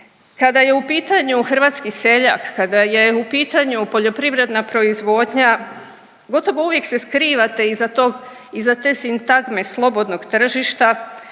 kada je u pitanju hrvatski seljak, kada je u pitanju poljoprivredna proizvodnja, gotovo uvijek se skrivate iza tog, iza te sintagme slobodnog tržišta,